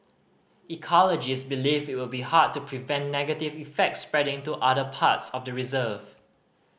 ecologists believe it would be hard to prevent negative effects spreading to other parts of the reserve